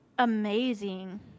amazing